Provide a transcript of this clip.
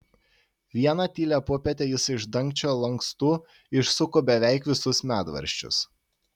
vieną tylią popietę jis iš dangčio lankstų išsuko beveik visus medvaržčius